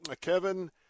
Kevin